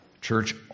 Church